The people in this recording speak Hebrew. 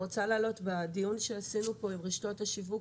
בדיון שקיימנו פה עם רשתות השיווק,